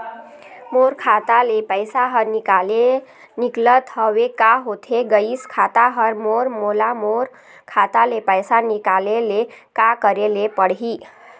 मोर खाता ले पैसा हर निकाले निकलत हवे, का होथे गइस खाता हर मोर, मोला मोर खाता ले पैसा निकाले ले का करे ले पड़ही?